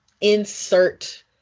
insert